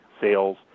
sales